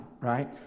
right